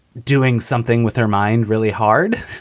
doing something with her mind really hard,